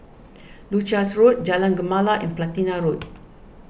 Leuchars Road Jalan Gemala and Platina Road